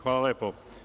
Hvala lepo.